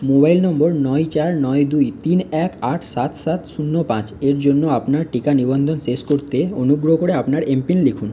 mobile number নয় চার নয় দুই তিন এক আট সাত সাত শূন্য পাঁচ এর জন্য আপনার টিকা নিবন্ধন শেষ করতে অনুগ্রহ করে আপনার এমপিন লিখুন